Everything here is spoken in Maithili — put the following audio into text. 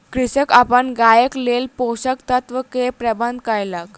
कृषक अपन गायक लेल पोषक तत्व के प्रबंध कयलक